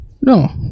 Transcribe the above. No